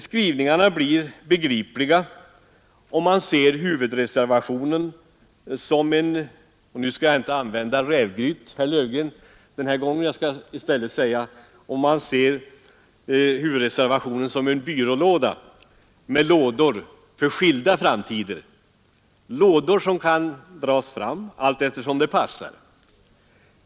Skrivningen blir begriplig, om man ser huvudreservationen som — jag skall inte använda beteckningen ”rävgryt” den här gången, herr Löfgren — en byrå med lådor för skilda framtider, lådor som skall dras ut allteftersom det passar.